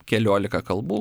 keliolika kalbų